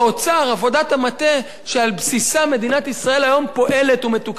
עבודת המטה שעל בסיסה מדינת ישראל היום פועלת ומתוקצבת,